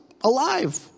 alive